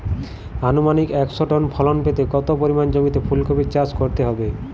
আনুমানিক একশো টন ফলন পেতে কত পরিমাণ জমিতে ফুলকপির চাষ করতে হবে?